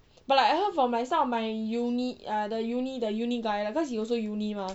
but like I heard from like my some of my uni ah the uni the uni guy lah cause he also uni mah